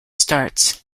starts